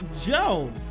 Joe